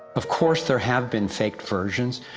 of course there have been faked versions,